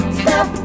stop